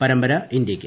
പരമ്പര ഇന്ത്യയ്ക്ക്